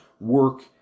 work